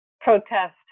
protest